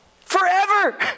Forever